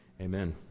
Amen